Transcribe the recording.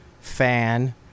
fan